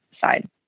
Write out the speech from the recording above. side